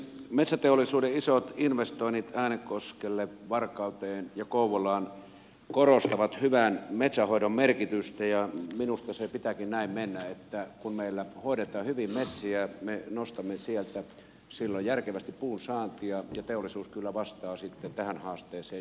metsäteollisuuden isot investoinnit äänekoskelle varkauteen ja kouvolaan korostavat hyvän metsänhoidon merkitystä ja minusta sen pitääkin näin mennä että kun meillä hoidetaan hyvin metsiä me nostamme sieltä silloin järkevästi puunsaantia ja teollisuus kyllä vastaa sitten tähän haasteeseen investoimalla